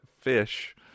fish